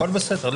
הכול בסדר.